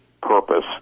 purpose